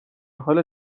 حال